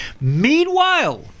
meanwhile